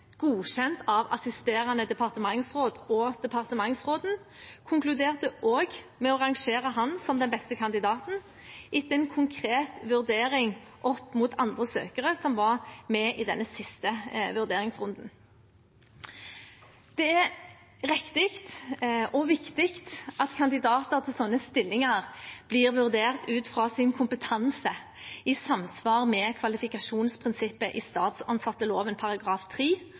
godkjent av assisterende departementsråd og departementsråden, konkluderte også med å rangere ham som den beste kandidaten etter en konkret vurdering opp mot andre søkere som var med i denne siste vurderingsrunden. Det er riktig og viktig at kandidater til sånne stillinger blir vurdert ut fra sin kompetanse i samsvar med kvalifikasjonsprinsippet i statsansatteloven